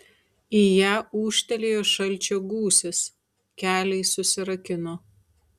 į ją ūžtelėjo šalčio gūsis keliai susirakino